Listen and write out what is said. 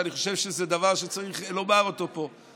אני חושב שזה דבר שצריך לומר אותו פה.